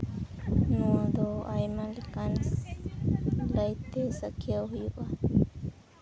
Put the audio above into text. ᱱᱚᱣᱟ ᱫᱚ ᱟᱭᱢᱟ ᱞᱮᱠᱟᱱ ᱞᱟᱹᱭᱛᱮ ᱥᱟᱹᱠᱷᱭᱟᱹᱣ ᱦᱩᱭᱩᱜᱼᱟ